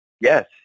Yes